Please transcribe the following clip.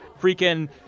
Freaking